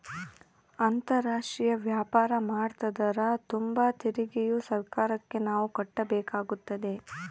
ಅಂತಾರಾಷ್ಟ್ರೀಯ ವ್ಯಾಪಾರ ಮಾಡ್ತದರ ತುಂಬ ತೆರಿಗೆಯು ಸರ್ಕಾರಕ್ಕೆ ನಾವು ಕಟ್ಟಬೇಕಾಗುತ್ತದೆ